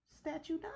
statue